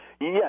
Yes